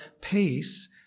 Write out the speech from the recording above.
peace